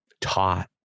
taught